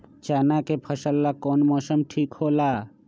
चाना के फसल ला कौन मौसम ठीक होला?